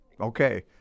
okay